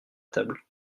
table